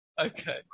Okay